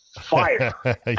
fire